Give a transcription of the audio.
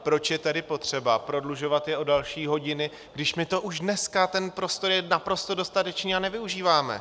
Proč je tedy potřeba prodlužovat je o další hodiny, když my to už dneska ten prostor je naprosto dostatečný nevyužíváme?